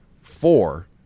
Four